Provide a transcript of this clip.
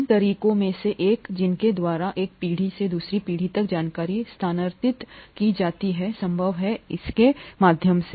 उन तरीकों में से एक जिनके द्वारा एक पीढ़ी से दूसरी पीढ़ी तक जानकारी स्थानांतरित की जाती है संभव है इसके माध्यम से